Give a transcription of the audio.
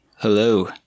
Hello